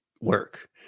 work